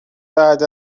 بعد